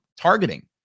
targeting